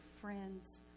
friends